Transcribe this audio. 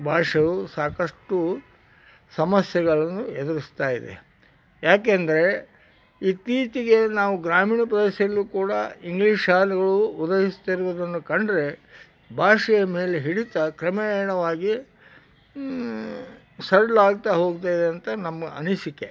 ಭಾಷೆಯು ಸಾಕಷ್ಟು ಸಮಸ್ಯೆಗಳನ್ನು ಎದುರಿಸ್ತಾಯಿದೆ ಯಾಕೆಂದರೆ ಇತ್ತೀಚಿಗೆ ನಾವು ಗ್ರಾಮೀಣ ಪ್ರದೇಶದಲ್ಲೂ ಕೂಡ ಇಂಗ್ಲೀಷ್ ಶಾಲೆಗಳು ಉದಯಿಸ್ತಿರುವುದನ್ನು ಕಂಡರೆ ಭಾಷೆಯ ಮೇಲೆ ಹಿಡಿತ ಕ್ರಮೇಣವಾಗಿ ಸಡಿಲ ಆಗ್ತಾ ಹೋಗ್ತಾಯಿದೆ ಅಂತ ನಮ್ಮ ಅನಿಸಿಕೆ